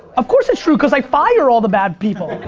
of course it's true because i fire all the bad people.